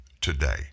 today